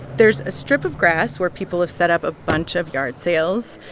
there's a strip of grass where people have set up a bunch of yard sales.